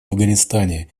афганистане